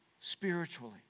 spiritually